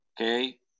okay